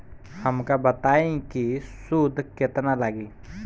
हमका बताई कि सूद केतना लागी?